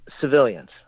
civilians